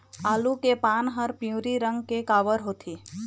आलू के पान हर पिवरी रंग के काबर होथे?